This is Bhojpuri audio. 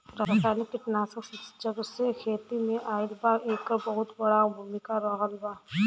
रासायनिक कीटनाशक जबसे खेती में आईल बा येकर बहुत बड़ा भूमिका रहलबा